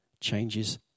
changes